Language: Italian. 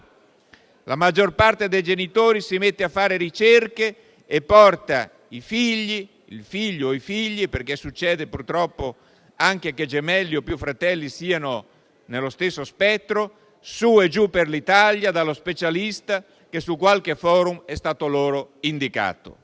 La maggior parte dei genitori si mette a fare ricerche e porta il figlio o i figli (perché, purtroppo, succede anche che gemelli o più fratelli siano nello stesso spettro) su e giù per l'Italia dallo specialista che su qualche *forum* è stato loro indicato.